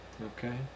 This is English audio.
Okay